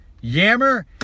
Yammer